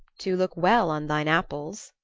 to look well on thine apples,